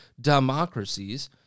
democracies